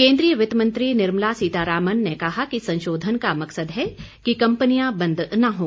केन्द्रीय वित्त मंत्री निर्मला सीतारामन ने कहा कि संशोधन का मकसद है कि कंपनियां बंद न हों